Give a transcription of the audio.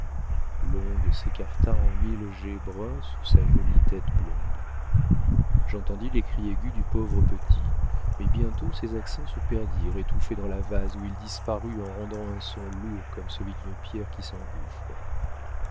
l'onde s'écarta en mille jets bruns sous sa jolie tête blonde j'entendis les cris aigus du pauvre petit mais bientôt ses accents se perdirent étouffés dans la vase où il disparut en rendant un son lourd comme celui d'une pierre qui s'engouffre